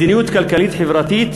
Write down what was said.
מדיניות כלכלית-חברתית,